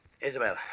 Isabel